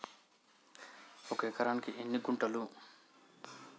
ఒక ఎకరానికి ఎన్ని గుంటలు?